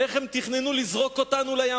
איך הם תכננו לזרוק אותנו לים,